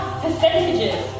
percentages